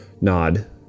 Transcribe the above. nod